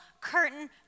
curtain